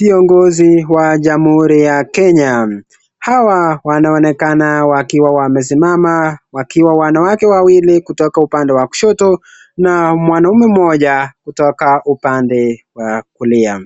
Viongozi wa jamhuri ya Kenya . Hawa wanaonekana wakiwa wamesimama wakiwa wanawake wawili kutoka upande wa kushoto na kuna mwanaume mmoja kutoka upande wa kulia.